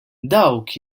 dawk